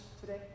today